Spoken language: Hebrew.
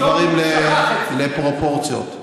בואו נכניס את הדברים לפרופורציות.